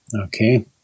okay